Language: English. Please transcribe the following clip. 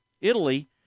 Italy